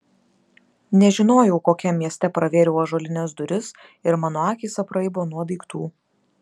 nežinojau kokiam mieste pravėriau ąžuolines duris ir mano akys apraibo nuo daiktų